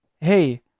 hey